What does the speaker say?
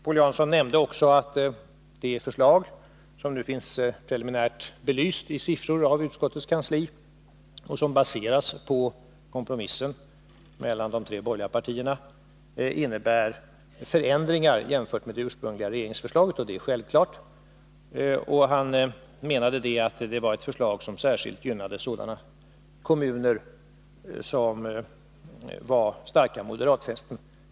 Paul Jansson nämnde också att förslaget, som nu finns preliminärt belyst i siffror av utskottets kansli och som baseras på en kompromiss mellan de tre borgerliga partierna, innebär förändringar jämfört med det ursprungliga regeringsförslaget. Det är självklart. Han menade att det var ett förslag som särskilt gynnade kommuner som var starka moderatfästen.